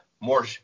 more